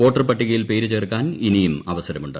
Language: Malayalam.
വോട്ടർ പട്ടികയിൽ പേരു ചേർക്കാൻ ഇനിയും അവസരമുണ്ട്